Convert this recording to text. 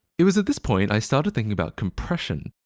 it was at this point i started thinking about compression.